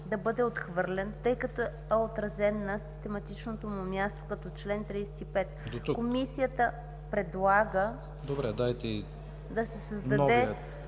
да бъде отхвърлен, тъй като е отразен на систематичното му място като чл. 35. Комисията предлага да се създаде